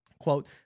quote